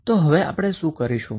તો હવે આપણે શું કરીશું